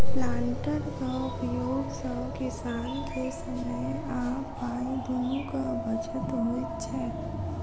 प्लांटरक उपयोग सॅ किसान के समय आ पाइ दुनूक बचत होइत छै